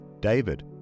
David